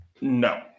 No